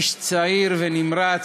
איש צעיר ונמרץ,